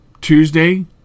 Tuesday